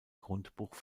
grundbuch